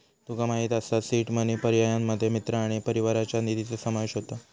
तुका माहित असा seed money पर्यायांमध्ये मित्र आणि परिवाराच्या निधीचो समावेश होता